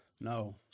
No